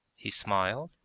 he smiled,